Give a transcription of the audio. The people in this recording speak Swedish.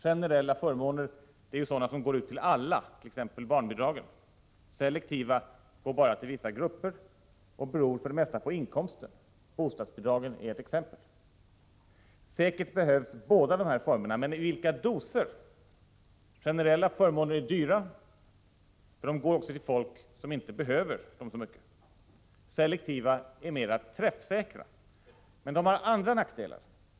Generella förmåner är ju sådana som går ut lika till alla, som t.ex. barnbidragen. Selektiva går bara till vissa grupper och beror för det mesta på inkomsten — bostadsbidragen är ett exempel. Säkert behövs båda de här formerna. Men i vilka doser? Generella förmåner är dyra, för de går också till folk som inte behöver dem så mycket. Selektiva är mera träffsäkra, men de har andra nackdelar.